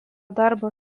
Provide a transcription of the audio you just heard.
darbo